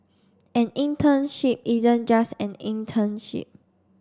an internship isn't just an internship